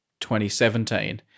2017